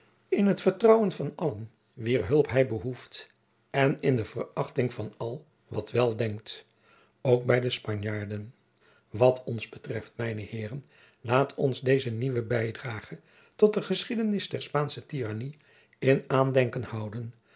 in het vertrouwen van allen wier hulp hij behoeft en in de verachting van al wat wél denkt ook bij de spanjaarden wat ons betreft mijne heeren laat ons deze nieuwe bijdrage tot de geschiedenis der spaansche tiranny in aandenken houden